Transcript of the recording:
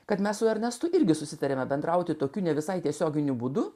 kad mes su ernestu irgi susitarėme bendrauti tokiu ne visai tiesioginiu būdu